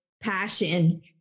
passion